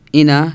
ina